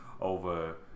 over